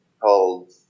called